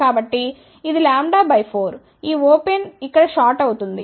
కాబట్టి ఇది λ 4 ఈ ఓపెన్ ఇక్కడ షార్ట్ అవుతుంది